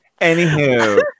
Anywho